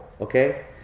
Okay